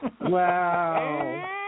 Wow